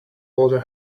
bother